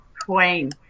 Queen